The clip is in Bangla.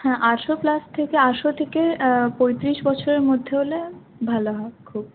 হ্যাঁ আঠারো প্লাস থেকে আঠারো থেকে পঁয়ত্রিশ বছরের মধ্যে হলে ভালো হয় খুব